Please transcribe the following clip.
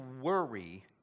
worry